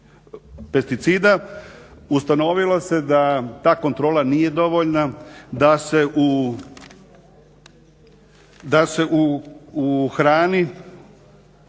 pesticida ustanovilo se da ta kontrola nije dovoljna, da se u hrani,